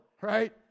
right